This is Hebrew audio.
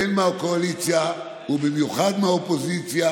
הן מהקואליציה ובמיוחד מהאופוזיציה,